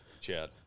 Chad